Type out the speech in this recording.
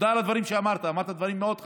ותודה על הדברים שאמרת, אמרת דברים מאוד חמים.